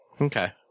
Okay